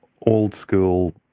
old-school